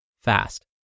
fast